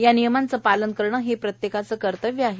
या नियमांचे पालन करणे हे प्रत्येकाचे कर्त्यव्य आहे